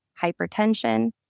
hypertension